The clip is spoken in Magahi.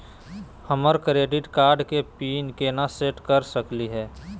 हमर क्रेडिट कार्ड के पीन केना सेट कर सकली हे?